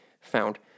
found